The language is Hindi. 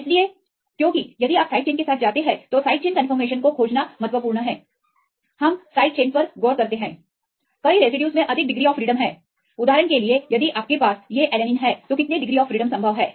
इसलिए क्योंकि यदि आप साइड चेन के साथ जाते हैं तो साइड चेन कनफर्मेशन को खोजना महत्वपूर्ण है हम साइड चेन पर गौर करते हैं कई रेसिड्यूज में अधिक डिग्री ऑफ फ्रीडम हैं उदाहरण के लिए यदि आपके पास ये एलेनिन हैं तो कितने घुमाव संभव हैं